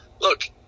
look